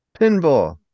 Pinball